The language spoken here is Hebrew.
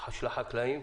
של החקלאים,